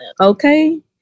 okay